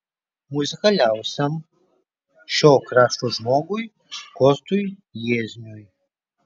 muzikaliausiam šio krašto žmogui kostui jiezniui